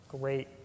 great